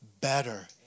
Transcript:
better